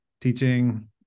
teaching